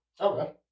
Okay